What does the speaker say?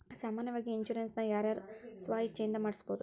ಸಾಮಾನ್ಯಾವಾಗಿ ಇನ್ಸುರೆನ್ಸ್ ನ ಯಾರ್ ಯಾರ್ ಸ್ವ ಇಛ್ಛೆಇಂದಾ ಮಾಡ್ಸಬೊದು?